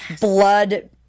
Blood